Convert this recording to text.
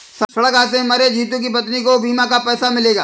सड़क हादसे में मरे जितू की पत्नी को बीमा का पैसा मिलेगा